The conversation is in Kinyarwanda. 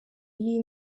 y’iyi